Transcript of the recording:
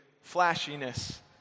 flashiness